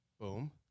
Boom